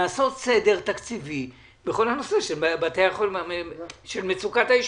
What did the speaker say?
לעשות סדר תקציבי בכל הנושא של מצוקת האשפוז.